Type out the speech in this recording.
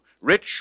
Rich